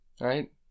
Right